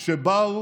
שבאו